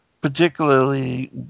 particularly